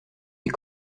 des